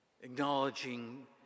acknowledging